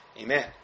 Amen